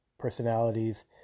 personalities